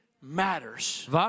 matters